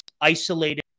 isolated